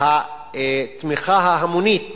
התמיכה ההמונית